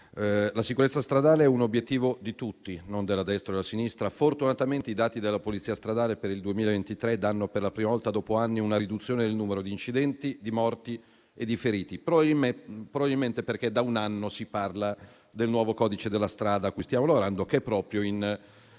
La sicurezza stradale è un obiettivo di tutti, non della destra o della sinistra. Fortunatamente i dati della Polizia stradale per il 2023 danno, per la prima volta dopo anni, una riduzione del numero di incidenti, di morti e di feriti. Probabilmente perché da un anno si parla del nuovo codice della strada a cui stiamo lavorando, che è in